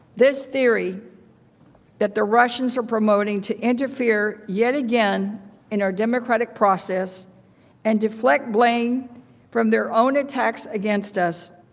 this theory that the russians are promoting is to interfere yet again in our democratic process and deflect blame from their own attacks against us.